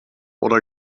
oder